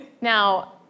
Now